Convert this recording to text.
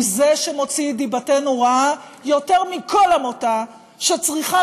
הוא זה שמוציא את דיבתנו רעה יותר מכל עמותה שצריכה